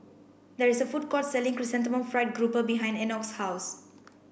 there is a food court selling chrysanthemum fried grouper behind Enoch's house